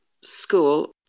school